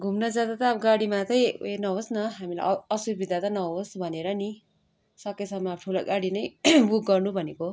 घुम्न जाँदा त अब गाडीमा चाहिँ उयो नहोस् न हामीलाई अ असुविधा त नहोस् भनेर नि सकेसम्म ठुलो गाडी नै बुक गर्नु भनेको